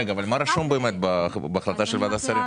רגע, אבל מה רשום באמת בהחלטה של ועדת השרים?